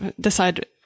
decide